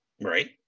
Right